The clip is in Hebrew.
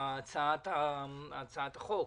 הצעת החוק,